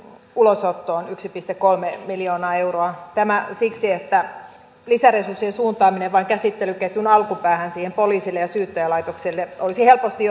ulosottoon yksi pilkku kolme miljoonaa euroa tämä siksi että lisäresurssien suuntaaminen vain käsittelyketjun alkupäähän poliisille ja syyttäjälaitokselle olisi helposti